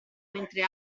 mentre